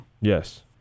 Yes